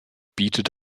bietet